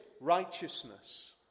righteousness